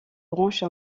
branche